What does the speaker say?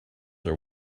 are